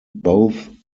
both